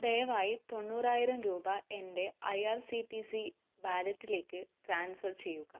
ദയവായി തൊണ്ണൂറായിരം രൂപ എൻ്റെ I R C T C വാലറ്റിലേക്ക് ട്രാൻസ്ഫർ ചെയ്യുക